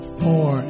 four